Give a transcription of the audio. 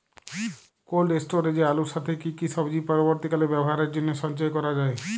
Cold স্টোরেজে আলুর সাথে কি কি সবজি পরবর্তীকালে ব্যবহারের জন্য সঞ্চয় করা যায়?